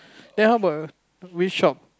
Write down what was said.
then how about your we shop